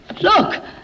Look